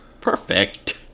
perfect